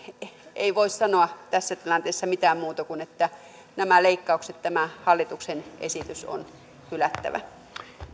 ei voi sanoa tässä tilanteessa mitään muuta kuin että nämä leikkaukset tämä hallituksen esitys on hylättävä